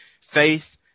faith